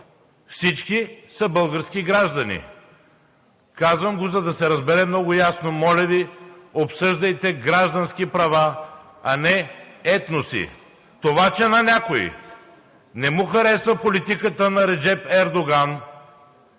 Всички са български граждани. Казвам го, за да се разбере много ясно. Моля Ви, обсъждайте граждански права, а не етноси. Това, че на някой не му харесва политиката на Реджеп Ердоган,